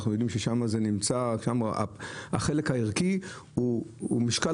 אנחנו יודעים ששם החלק הערכי הוא משקל